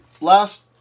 last